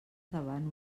davant